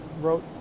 wrote